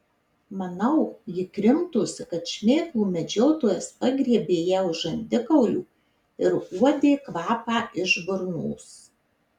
manau ji krimtosi kad šmėklų medžiotojas pagriebė ją už žandikaulio ir uodė kvapą iš burnos